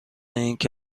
اینکه